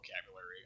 vocabulary